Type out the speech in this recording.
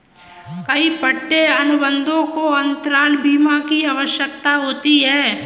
कई पट्टे अनुबंधों को अंतराल बीमा की आवश्यकता होती है